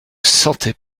sentait